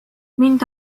mind